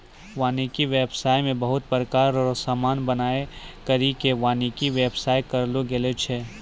वानिकी व्याबसाय मे बहुत प्रकार रो समान बनाय करि के वानिकी व्याबसाय करलो गेलो छै